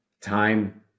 Time